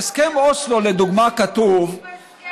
בהסכם אוסלו לדוגמה כתוב עומדים בהסכם אוסלו, אה?